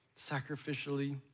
sacrificially